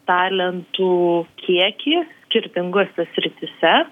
talentų kiekį skirtingose srityse